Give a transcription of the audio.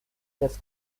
des